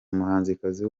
umuhanzikazi